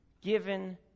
given